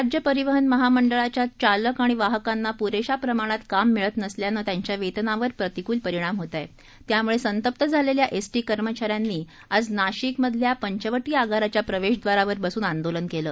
राज्य परिवहन महामंडळाच्या चालक आणि वाहकांना प्रेशा प्रमाणात काम मिळत नसल्याने त्यांच्या वेतनावर प्रतिकृल परिणाम होत आहे त्यामुळे संतप्त झालेल्या एसटी कर्मचाऱ्यांनी आज नाशिक मधल्या पंचवटी आगाराच्या प्रवेशद्वारावर बसून आंदोलन केलं